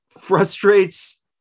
frustrates